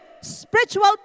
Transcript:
spiritual